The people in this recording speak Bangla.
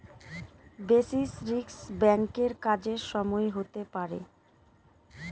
বেসিস রিস্ক ব্যাঙ্কের কাজের সময় হতে পারে